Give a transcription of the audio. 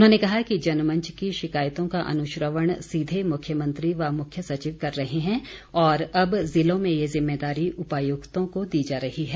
उन्होंने कहा कि जनमंच की शिकायतों का अनुश्रवण सीधे मुख्यमंत्री व मुख्य सचिव कर रहे हैं और अब ज़िलों में ये ज़िम्मेदारी उपायुक्तों को दी जा रही है